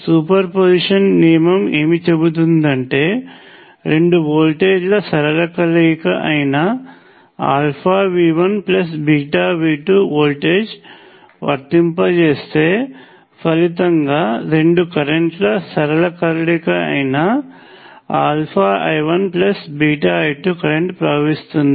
superposition నియమము ఏమి చెబుతుందంటే రెండు వోల్టేజ్ల సరళ కలయిక అయిన V1V2వోల్టేజ్ వర్తింపజేస్తే ఫలితంగా రెండు కరెంట్ ల సరళ కలయిక అయిన I1I2 కరెంట్ ప్రవహిస్తుంది